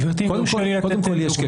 גברתי, קודם כול, יש קשר.